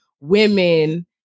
women